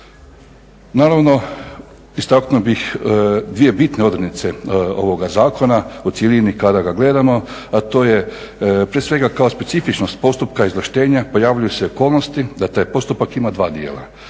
Naravno istaknuo bih dvije bitne odrednice ovoga zakona u cjelini kada ga gledamo, a to je prije svega kao specifičnost postupka izvlaštenja pojavljuju se okolnosti da taj postupak ima dva dijela